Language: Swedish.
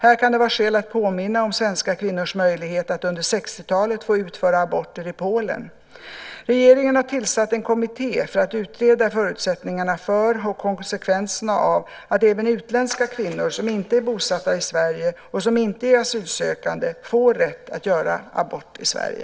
Här kan det vara skäl att påminna om svenska kvinnors möjlighet att under 60-talet få utföra abort i Polen. Regeringen har tillsatt en kommitté för att utreda förutsättningarna för och konsekvenserna av att även utländska kvinnor, som inte är bosatta i Sverige och som inte är asylsökande, får rätt att göra abort i Sverige.